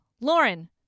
lauren